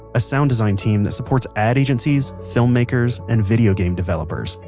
a sound design team that supports ad agencies, filmmakers, and video game developers.